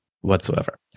whatsoever